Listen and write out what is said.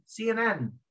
CNN